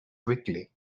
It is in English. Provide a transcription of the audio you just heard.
quickly